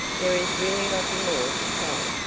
there is really nothing more to tell.